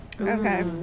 Okay